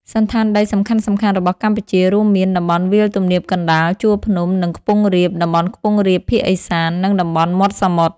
សណ្ឋានដីសំខាន់ៗរបស់កម្ពុជារួមមាន តំបន់វាលទំនាបកណ្តាល ជួរភ្នំ និងខ្ពង់រាប តំបន់ខ្ពង់រាបភាគឦសាន និងតំបន់មាត់សមុទ្រ។